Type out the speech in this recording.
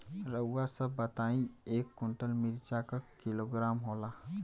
रउआ सभ बताई एक कुन्टल मिर्चा क किलोग्राम होला?